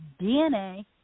DNA